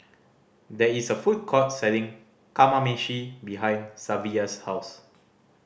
there is a food court selling Kamameshi behind Savilla's house